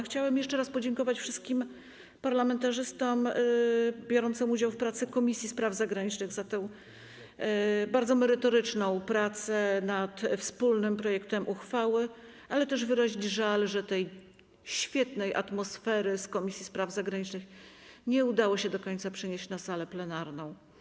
Chciałabym jeszcze raz podziękować wszystkim parlamentarzystom biorącym udział w pracach w Komisji Spraw Zagranicznych za bardzo merytoryczną pracę nad wspólnym projektem uchwały, ale też wyrazić żal, że tej świetnej atmosfery z Komisji Spraw Zagranicznych nie udało się do końca przenieść na salę plenarną.